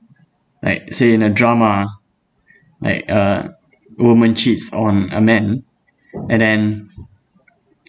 like say in a drama like a woman cheats on a man and then